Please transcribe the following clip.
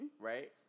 Right